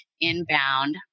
inbound